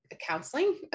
counseling